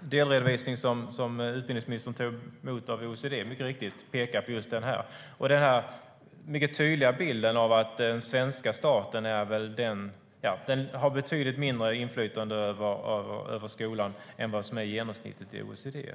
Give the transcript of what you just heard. delredovisning som utbildningsministern tog emot av OECD pekar mycket riktigt och tydligt just på att den svenska staten har betydligt mindre inflytande över skolan än vad som är genomsnittet i OECD.